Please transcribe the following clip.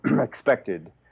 expected